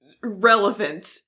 relevant